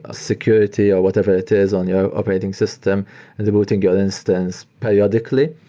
ah security or whatever it is on your operating system and rebooting your instance periodically,